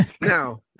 Now